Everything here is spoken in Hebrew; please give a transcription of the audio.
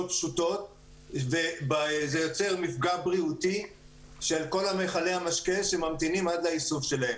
פשוטות וזה יוצר מפגע בריאותי של כל מיכלי המשקה שממתינים עד לאיסוף שלהם.